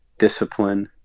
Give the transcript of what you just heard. discipline,